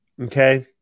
Okay